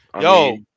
Yo